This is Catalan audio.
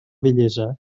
vellesa